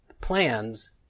plans